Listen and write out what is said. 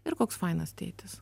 ir koks fainas tėtis